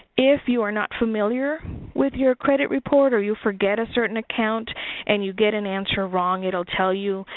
if you are not familiar with your credit report or you forget a certain account and you get an answer wrong, it'll tell you,